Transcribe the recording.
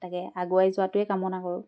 তাকে আগুৱাই যোৱাটোৱে কামনা কৰোঁ